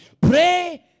Pray